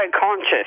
conscious